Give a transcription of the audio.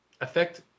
affect